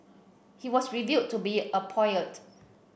he was revealed to be a poet